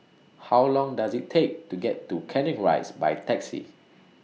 How Long Does IT Take to get to Canning Rise By Taxi